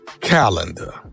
calendar